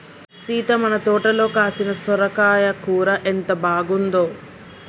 సీత మన తోటలో కాసిన సొరకాయ కూర ఎంత బాగుందో